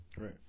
Right